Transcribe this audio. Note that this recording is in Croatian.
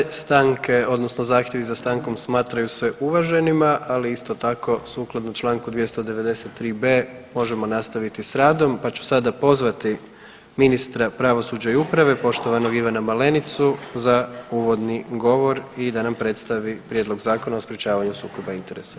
Sve stanke odnosno zahtjevi za stankom smatraju se uvaženima, ali isto tako sukladno čl. 293.b možemo nastaviti s radom, pa ću sada pozvati ministra pravosuđa i uprave, poštovanog Ivana Melenicu za uvodni govor i da nam predstavi Prijedlog zakona o sprečavanju sukoba interesa.